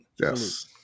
Yes